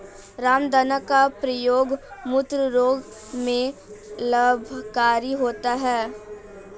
रामदाना का प्रयोग मूत्र रोग में लाभकारी होता है